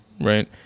right